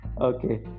Okay